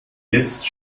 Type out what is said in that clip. jetzt